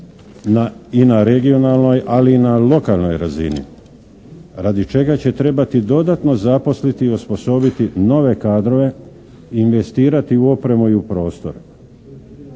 i na regionalnoj, ali i na lokalnoj razini radi čega će trebati dodatno zaposliti i osposobiti nove kadrove, investirati u opremu i u prostor.